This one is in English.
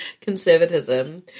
Conservatism